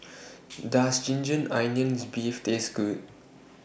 Does Ginger Onions Beef Taste Good